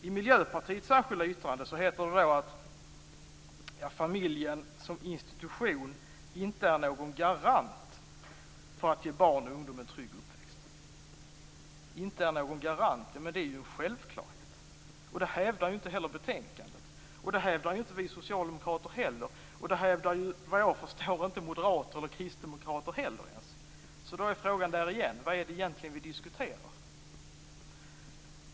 I Miljöpartiets särskilda yttrande heter det att familjen som institution inte är någon garant för att ge barn och ungdom en trygg uppväxt. Inte är någon garant - men det är ju en självklarhet. Det hävdas inte heller i betänkandet. Det hävdar inte vi socialdemokrater heller. Det hävdar, såvitt jag förstår, inte moderater eller kristdemokrater heller. Då är frågan igen: Vad är det egentligen vi diskuterar?